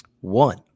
one